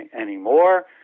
anymore